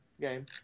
game